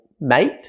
mate